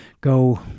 go